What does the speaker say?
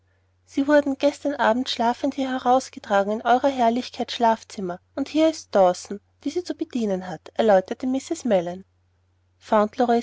sie wurden gestern abend schlafend hier heraufgetragen in eurer herrlichkeit schlafzimmer und hier ist dawson die sie zu bedienen hat erläuterte mrs mellon